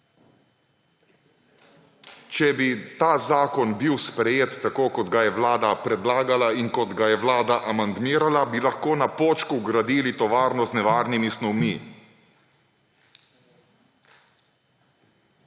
Če bi ta zakon bil sprejet, tako kot ga je Vlada predlagala in kot ga je Vlada amandmirala, bi lahko na Počku gradili tovarno z nevarnimi snovmi.